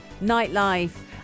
nightlife